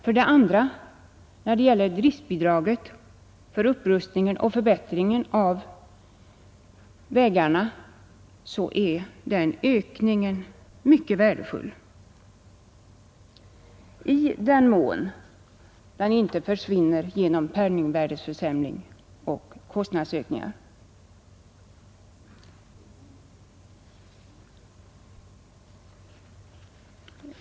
För det andra, när det gäller driftbidraget för upprustning och förbättring av vägarna så är den ökningen mycket värdefull — i den mån den icke försvinner genom penningvärdeförsämring och kostnadsökningar. När vi tittar på det anslag som beviljats Älvsborgs län, måste vi göra det mot bakgrunden av den dåliga standard som vägarna har.